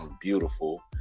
beautiful